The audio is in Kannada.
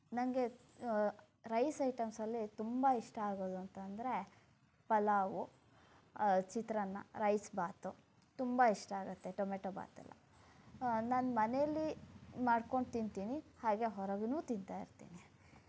ನನಗೆ ರೈಸ್ ಐಟಮ್ಸಲ್ಲಿ ತುಂಬ ಇಷ್ಟ ಆಗೋದು ಅಂತ ಅಂದರೆ ಪಲಾವು ಚಿತ್ರಾನ್ನ ರೈಸ್ ಭಾತು ತುಂಬ ಇಷ್ಟ ಆಗತ್ತೆ ಟೊಮೆಟೋ ಭಾತ್ ಎಲ್ಲ ನಾನು ಮನೆಯಲ್ಲಿ ಮಾಡಿಕೊಂಡು ತಿಂತೀನಿ ಹಾಗೆ ಹೊರಗೂ ತಿಂತಾ ಇರ್ತೀನಿ